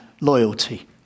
loyalty